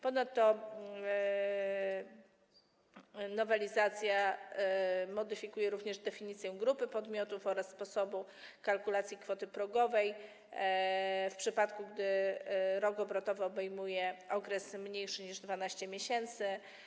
Ponadto nowelizacja modyfikuje również definicję grupy podmiotów oraz sposobu kalkulacji kwoty progowej, w przypadku gdy rok obrotowy obejmuje okres krótszy niż 12 miesięcy.